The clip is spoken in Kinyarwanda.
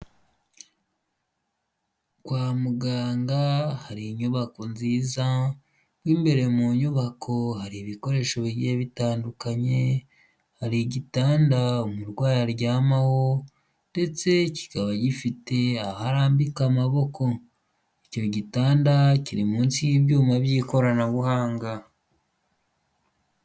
Kwa muganga hari inyubako nziza, m'imbere mu nyubako har’ibikoresho bigiye bitandukanye, har’igitanda umurwayi aryamaho ndetse kikaba gifite ah’arambika amaboko. Icyo gitanda kiri munsi y'ibyuma by'ikoranabuhanga.